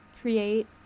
create